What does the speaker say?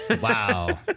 Wow